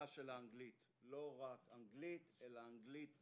אנגלית, ולא רק אנגלית אלא אנגלית דבורה.